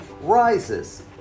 rises